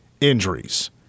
injuries